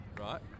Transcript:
Right